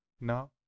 Now